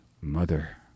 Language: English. mother